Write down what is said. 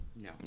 No